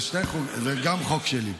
גם זה חוק שלי.